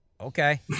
Okay